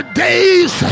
days